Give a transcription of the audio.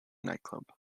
nightclub